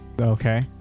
Okay